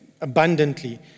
abundantly